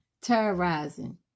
terrorizing